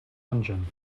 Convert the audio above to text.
engine